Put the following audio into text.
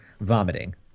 vomiting